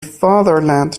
fatherland